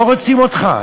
לא רוצים אותך.